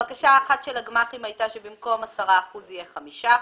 הבקשה האחת של הגמ"חים הייתה שבמקום 10 אחוזים יהיה 5 אחוזים,